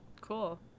Cool